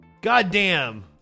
Goddamn